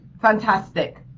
Fantastic